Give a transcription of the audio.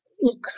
look